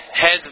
heads